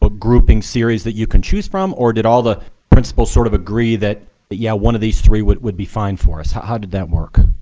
ah grouping series that you can choose from, or did all the principals sort of agree that that yeah one of these three would would be fine for us? how did that work?